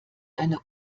eine